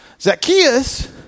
Zacchaeus